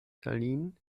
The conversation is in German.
tallinn